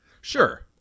Sure